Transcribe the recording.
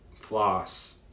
floss